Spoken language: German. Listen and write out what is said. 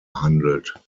handelt